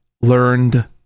learned